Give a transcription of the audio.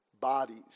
bodies